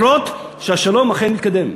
שהשלום אכן מתקדם.